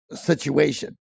situation